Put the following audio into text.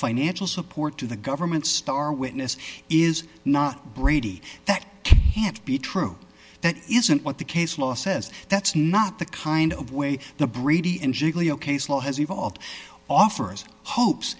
financial support to the government's star witness is not brady that can't be true that isn't what the case law says that's not the kind of way the brady and giglio case law has evolved offers hopes